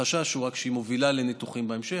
רק החשש הוא שהיא מובילה לניתוחים בהמשך.